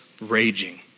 raging